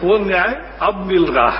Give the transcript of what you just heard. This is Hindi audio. वो न्याय अब मिल रहा है